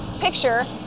picture